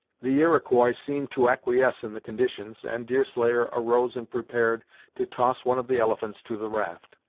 the iroquois seemed to acquiesce in the conditions, and deerslayer arose and prepared to toss one of the elephants to the raft,